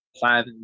five